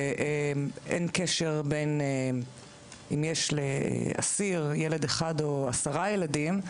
שגם אם יש לאסיר ילד אחד או עשרה ילדים,